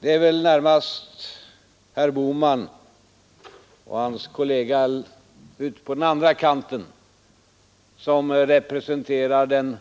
Det är väl närmast herr Bohman och hans kollega ute på den andra kanten som representerar den